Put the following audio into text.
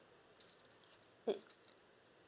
mm